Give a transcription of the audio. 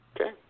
Okay